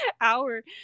hour